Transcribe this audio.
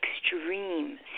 extreme